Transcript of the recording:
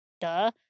duh